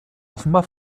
offenbar